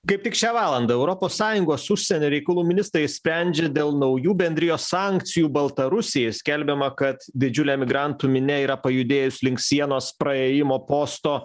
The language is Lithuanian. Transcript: kaip tik šią valandą europos sąjungos užsienio reikalų ministrai sprendžia dėl naujų bendrijos sankcijų baltarusijai skelbiama kad didžiulė migrantų minia yra pajudėjus link sienos praėjimo posto